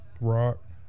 rock